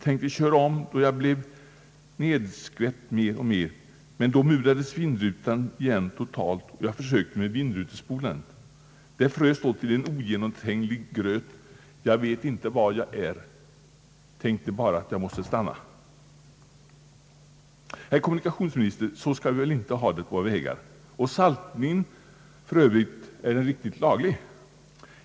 Tänkte köra om då jag blev nedstänkt mer och mer, men då murades vindrutan igen totalt och jag försökte med vindrutespolaren. Det frös då till en ogenomtränglig gröt. Jag vet inte var jag är, tänkte bara på att stannä.» Herr kommunikationsminister, så skall vi väl inte ha det på våra vägar. Är saltningen för övrigt riktigt laglig?